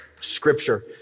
scripture